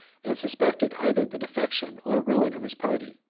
and suspected either the defection or ruin of his party.